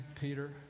Peter